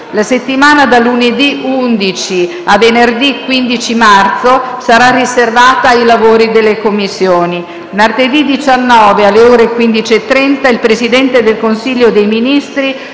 La settimana da lunedì 11 a venerdì 15 marzo sarà riservata ai lavori delle Commissioni. Martedì 19, alle ore 15,30, il Presidente del Consiglio dei ministri